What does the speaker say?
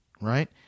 Right